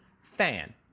fan